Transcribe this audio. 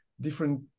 different